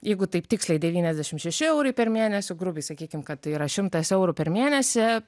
jeigu taip tiksliai devyniasdešimt šeši eurai per mėnesį grubiai sakykim kad tai yra šimtas eurų per mėnesį